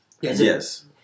Yes